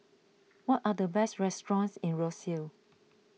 what are the best restaurants in Roseau